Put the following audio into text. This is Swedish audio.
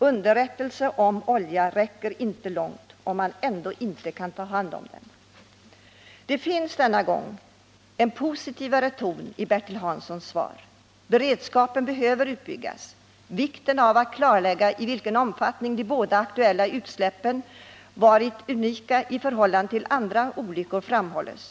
Underrättelser om olja räcker inte långt om man ändå inte kan ta hand om den.” " Det finns denna gång en positivare ton i Bertil Hanssons svar. Beredskapen behöver utbyggas och vikten av att klarlägga i vilken omfattning de båda aktuella utsläppen varit unika i förhållande till andra olyckor framhålles.